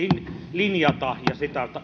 linjata ja sitä